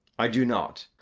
i do not.